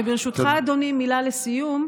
וברשותך, אדוני, מילה לסיום.